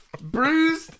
Bruised